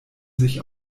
sich